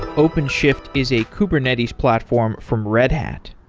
openshift is a kubernetes platform from red hat.